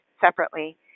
separately